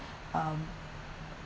um